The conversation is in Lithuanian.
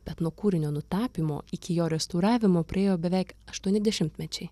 bet nuo kūrinio nutapymo iki jo restauravimo praėjo beveik aštuoni dešimtmečiai